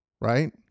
Right